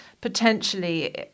potentially